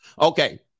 Okay